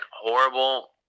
horrible